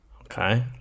Okay